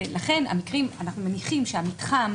אנחנו מניחים שהמתחם,